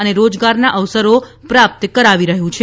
અને રોજગારના અવસરો પ્રાપ્ત કરાવી રહ્યું છે